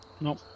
Nope